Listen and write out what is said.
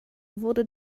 wurde